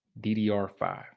DDR5